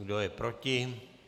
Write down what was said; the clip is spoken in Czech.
Kdo je proti?